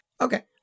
Okay